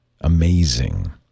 amazing